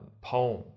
poem